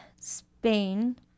Spain